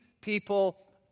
people